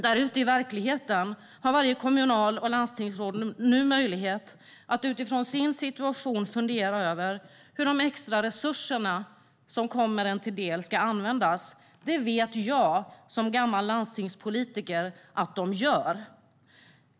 Där ute i verkligheten har varje kommunal och landstingsråd nu möjlighet att utifrån sin situation fundera över hur de extra resurser som kommer dem till del ska användas. Det vet jag som gammal landstingspolitiker att de gör.